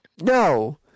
No